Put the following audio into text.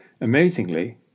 Amazingly